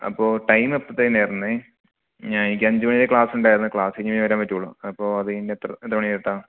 അപ്പോൾ ടൈം എപ്പോഴത്തേക്കിനാണ് വരുന്നത് എനിക്ക് അഞ്ച് മണി വരെ ക്ലാസുണ്ടായിരുന്നു ക്ലാസ് കഴിഞ്ഞാലേ വരാന് പറ്റുള്ളൂ അപ്പോൾ അത് കഴിഞ്ഞ് എത്ര എത്ര മണി തൊട്ടാണ്